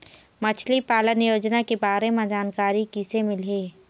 मछली पालन योजना के बारे म जानकारी किसे मिलही?